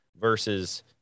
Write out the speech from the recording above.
Versus